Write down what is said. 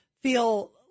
feel